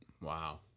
Wow